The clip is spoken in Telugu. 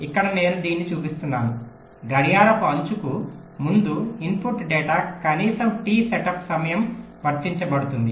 ఇక్కడ నేను దీన్ని చూపిస్తున్నాను గడియారపు అంచుకు ముందు ఇన్పుట్ డేటా కనీసం టి సెటప్ సమయం వర్తించబడుతుంది